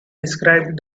described